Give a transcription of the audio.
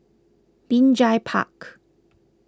Binjai Park